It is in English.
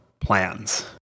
plans